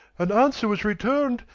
and answer was return'd,